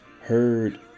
heard